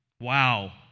Wow